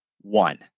one